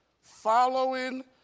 following